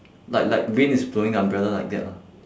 like like wind is blowing the umbrella like that lor